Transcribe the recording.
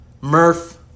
Murph